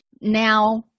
now